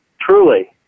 Truly